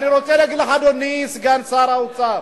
אדוני היושב-ראש,